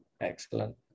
excellent